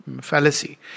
fallacy